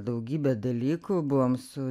daugybę dalykų buvom su